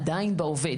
עדיין בהווה,